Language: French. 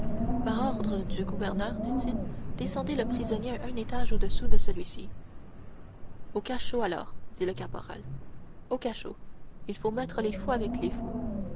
par ordre du gouverneur dit-il descendez le prisonnier un étage au-dessous de celui-ci au cachot alors dit le caporal au cachot il faut mettre les fous avec les fous